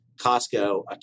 Costco